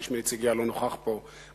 שאיש מנציגיה לא נוכח פה,